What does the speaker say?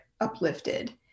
uplifted